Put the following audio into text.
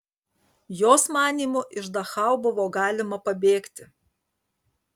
jos manymu iš dachau buvo galima pabėgti